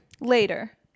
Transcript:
Later